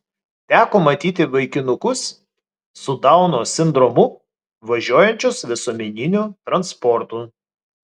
teko matyti vaikinukus su dauno sindromu važiuojančius visuomeniniu transportu